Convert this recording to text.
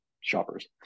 shoppers